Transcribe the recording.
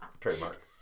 Trademark